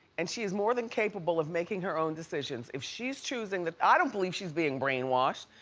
and she is more than capable of making her own decisions. if she's choosing that, i don't believe she's being brainwashed.